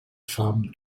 femme